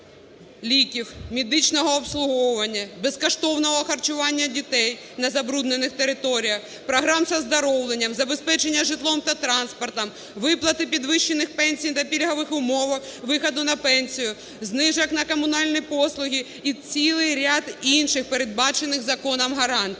ліків, медичного обслуговування, безкоштовного харчування дітей на забруднених територіях, програм з оздоровлення, забезпечення житлом та транспортом, виплати підвищених пенсій, на пільгових умовах виходу на пенсію, знижок на комунальні послуги і цілий ряд інших, передбачених законом, гарантій.